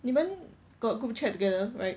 你们 got group chat together right